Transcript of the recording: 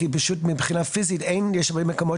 כי פשוט מבחינה פיזית יש הרבה מקומות